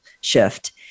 Shift